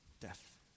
Death